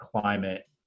climate